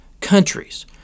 countries